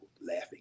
laughing